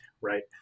right